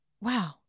wow